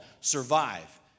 survive